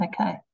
Okay